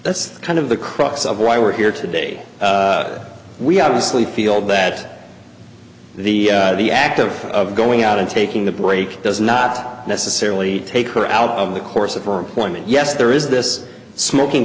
that's kind of the crux of why we're here today we honestly feel that the the act of going out and taking the brakes does not necessarily take her out of the course of her employment yes there is this smoking